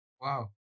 Wow